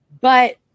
but-